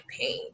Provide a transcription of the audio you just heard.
pain